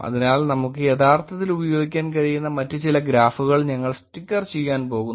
അതിനാൽ നമുക്ക് യഥാർത്ഥത്തിൽ ഉപയോഗിക്കാൻ കഴിയുന്ന മറ്റ് ചില ഗ്രാഫുകൾ ഞങ്ങൾ സ്ലിക്കർ ചെയ്യാൻ പോകുന്നു